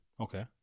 Okay